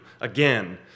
again